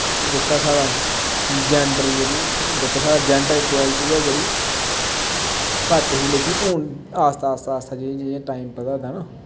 जेह्का साढ़ा जैंडर जेह्ड़ी जेह्का साढ़ा जैंडर इक्वैलटी ऐ ओह् बड़ी घट्ट ही लेकिन हून आस्तै आस्तै जि'यां टैम बदा दा ना